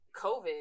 COVID